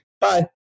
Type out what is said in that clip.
bye